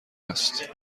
است